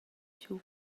giu